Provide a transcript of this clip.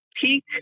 peak